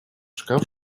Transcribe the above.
шкаф